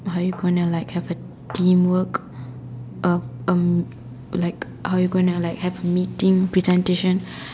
how you going like have a teamwork uh um like how are you going to like have a meeting presentation